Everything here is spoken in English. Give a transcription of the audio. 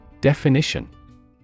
Definition